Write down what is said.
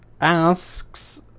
asks